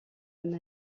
même